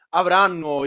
avranno